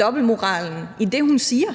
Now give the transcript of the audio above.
dobbeltmoralen i det, hun siger.